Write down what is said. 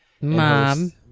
Mom